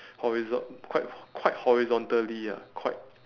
horizo~ quite quite horizontally ah quite